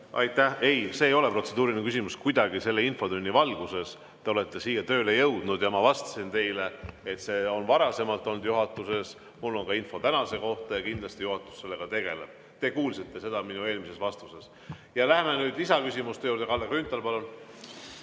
Aitäh! Ei, see ei ole kuidagi protseduuriline küsimus selle infotunni valguses. Te olete siia tööle jõudnud ja ma vastasin teile, et see on varasemalt olnud juhatuses, mul on ka info tänase kohta ja kindlasti juhatus sellega tegeleb. Te kuulsite seda minu eelmises vastuses. Lähme nüüd lisaküsimuste juurde. Kalle Grünthal, palun!